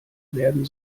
werden